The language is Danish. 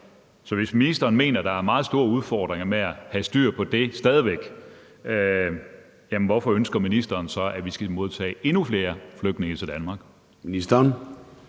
Så hvis ministeren mener, at der er meget store udfordringer med at have styr på det stadig væk, jamen hvorfor ønsker ministeren så, at vi skal modtage endnu flere flygtninge i Danmark?